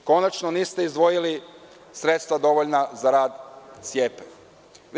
Konačno, niste izdvojili sredstva dovoljna za rad SIEP-e.